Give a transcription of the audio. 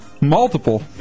Multiple